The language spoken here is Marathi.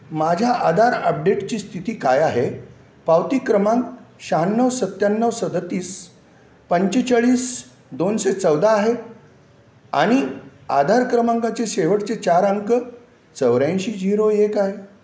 माझ्या आधार अपडेटची स्थिती काय आहे पावती क्रमांक शहाण्णव सत्याण्णव सदतीस पंचेचाळीस दोनशे चौदा आहे आणि आधार क्रमांकाचे शेवटचे चार अंक चौऱ्याऐंशी झिरो एक आहे